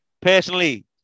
personally